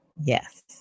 yes